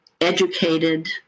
educated